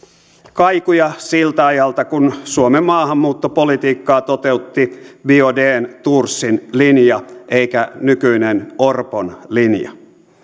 kaikuja siltä ajalta kun suomen maahanmuuttopolitiikkaa toteutti biaudetn thorsin linja eikä nykyinen orpon linja